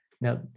Now